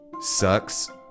sucks